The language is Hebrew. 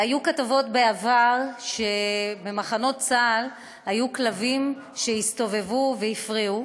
היו כתבות בעבר שבמחנות צה"ל היו כלבים שהסתובבו והפריעו,